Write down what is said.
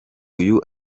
uyu